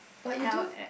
but you don't